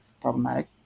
problematic